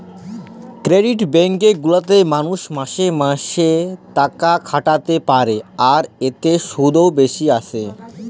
credit bank গুলাতে মালুষ মাসে মাসে তাকাখাটাতে পারে, আর এতে শুধ ও বেশি আসে